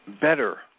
better